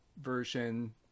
version